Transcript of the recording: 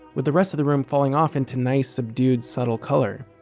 with the rest of the room falling off into nice subdued, subtle color